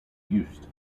uist